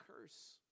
curse